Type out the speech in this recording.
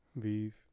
beef